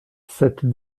cette